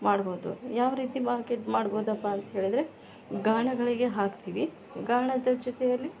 ಮಾಡ್ಬೋದು ಯಾವ ರೀತಿ ಮಾರ್ಕೆಟ್ ಮಾಡ್ಬೋದಪ್ಪಾ ಅಂತ್ ಹೇಳಿದರೆ ಗಾಣಗಳಿಗೆ ಹಾಕ್ತಿವಿ ಗಾಣದ ಜೊತೆಯಲ್ಲಿ